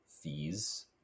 fees